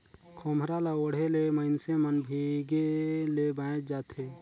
खोम्हरा ल ओढ़े ले मइनसे मन भीजे ले बाएच जाथे